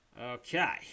Okay